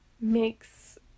makes